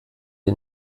die